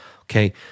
okay